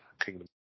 Kingdom